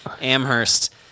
Amherst